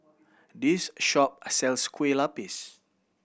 this shop sells Kueh Lapis